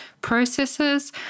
processes